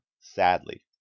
sadly